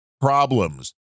problems